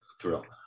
thrill